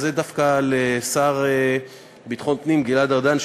זה דווקא לשר לביטחון פנים גלעד ארדן,